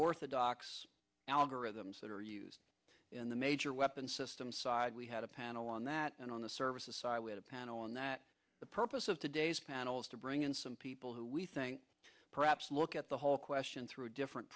orthodox algorithms that are used in the major weapon system side we had a panel on that and on the services side we had a panel on that the purpose of today's panel is to bring in some people who we think perhaps look at the whole question through a different